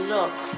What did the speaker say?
Look